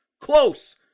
close